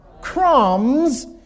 crumbs